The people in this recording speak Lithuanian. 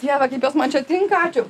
dieve kaip jos man čia tinka ačiū